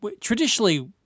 Traditionally